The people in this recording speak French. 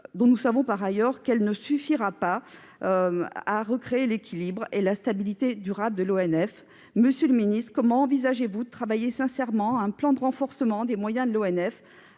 dont nous savons par ailleurs qu'elle ne suffira pas à recréer l'équilibre budgétaire et la stabilité durable de l'ONF. Monsieur le ministre, comment envisagez-vous de travailler sincèrement à un plan de renforcement des moyens de l'ONF